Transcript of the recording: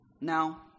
Now